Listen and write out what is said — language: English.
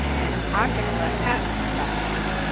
and i'm going to let pat talk about this one.